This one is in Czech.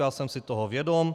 Já jsem si toho vědom.